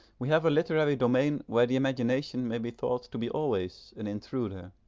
we have a literary domain where the imagination may be thought to be always an intruder.